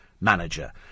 manager